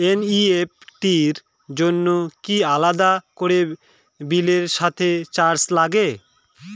NEFT র জন্য কি আলাদা করে বিলের সাথে চার্জ লাগে?